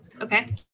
Okay